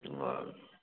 ꯑꯣ